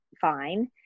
fine